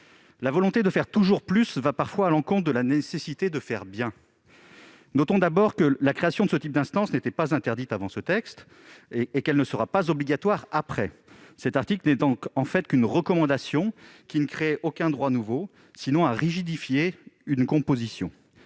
La volonté de faire toujours plus va parfois à l'encontre de la nécessité de faire bien. Notons-le, la création de ce type d'instance n'était pas interdite avant ce texte et ne sera pas obligatoire après. Cet article ne constitue en fait qu'une recommandation ne créant aucun droit nouveau. Simplement, il tend à rigidifier une composition.